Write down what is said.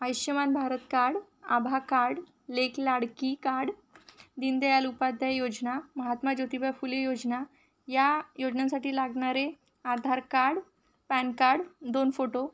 Ayushman Bharat card आभा card Lek Ladki card Deendayal Upadhyay योजना महात्मा ज्योतिबा फुले योजना या योजनांसाठी लागणारे आधार कार्ड पॅन कार्ड दोन फोटो